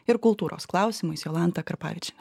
ir kultūros klausimais jolanta karpavičiene